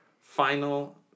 final